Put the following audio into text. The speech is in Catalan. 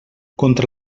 contra